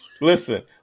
Listen